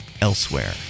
elsewhere